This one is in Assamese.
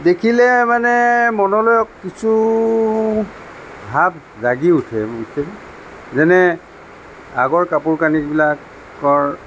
দেখিলে মানে মনলৈ কিছু ভাৱ জাগি উঠে বুজিছেনে যেনে আগৰ কাপোৰ কানিবিলাকৰ